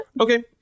Okay